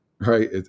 right